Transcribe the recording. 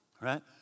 right